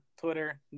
Twitter